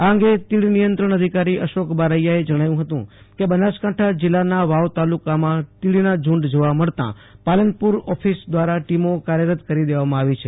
આ અંગે તીડ નિયંત્રણ અધિકારી અશોક બારિયાએ જણાવ્યું હતું કે બનાસકાંઠા જીલ્લાના વાવ તાલુકામાં તીડના ઝુંડ જોવા મળતા પાલનપુર ઓફીસ દ્વારા ટીમો કાર્યરત કરી દેવામાં આવી છે